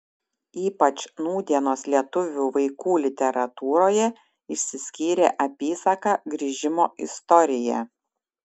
ypač nūdienos lietuvių vaikų literatūroje išsiskyrė apysaka grįžimo istorija